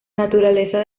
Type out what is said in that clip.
naturaleza